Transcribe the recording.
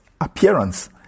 appearance